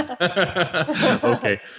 Okay